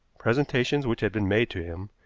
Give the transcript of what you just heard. presentations which had been made to him,